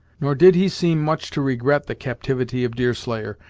nor did he seem much to regret the captivity of deerslayer,